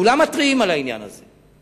כולם מתריעים על העניין הזה.